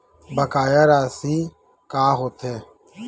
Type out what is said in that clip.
बकाया राशि का होथे?